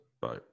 Bye